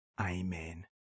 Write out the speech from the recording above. Amen